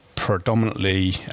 Predominantly